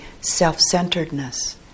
self-centeredness